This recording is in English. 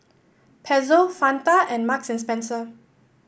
Pezzo Fanta and Marks and Spencer